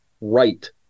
right